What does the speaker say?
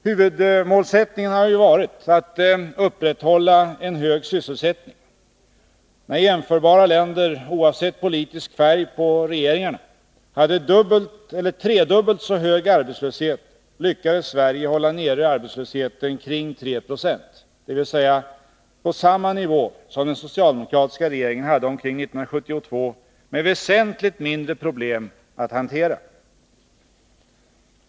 Huvudmålsättningen har varit att upprätthålla en hög sysselsättning. När jämförbara länder, oavsett politisk färg på regeringarna, hade dubbelt eller tredubbelt så hög arbetslöshet som vi hade i vårt land lyckades Sverige hålla nere arbetslösheten kring 3 26, dvs. på samma nivå som den socialdemokratiska regeringen hade omkring 1972 — med väsentligt mindre problem att hantera.